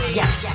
Yes